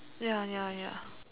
ya ya ya